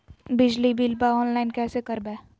बिजली बिलाबा ऑनलाइन कैसे करबै?